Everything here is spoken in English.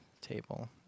table